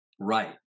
Right